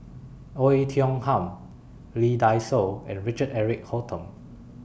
Oei Tiong Ham Lee Dai Soh and Richard Eric Holttum